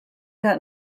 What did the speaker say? que